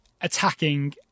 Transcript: attacking